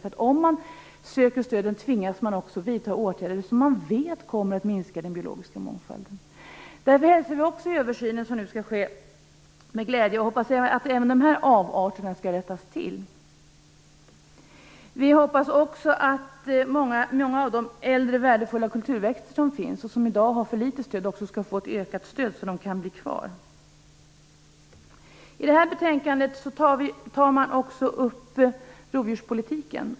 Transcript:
Gör man det tvingas man att vidta åtgärder som man vet kommer att minska den biologiska mångfalden. Därför hälsar vi den översyn som nu skall ske med glädje, och vi hoppas att även de här avarterna skall rättas till. Vi hoppas också att det stöd för bevarande av många äldre värdefulla kulturväxter som i dag är för litet skall öka så att växterna kan finnas kvar. I det här betänkandet tar man också upp rovdjurspolitiken.